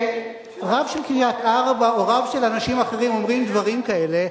כשהרב של קריית-ארבע או הרב של אנשים אחרים אומרים דברים כאלה,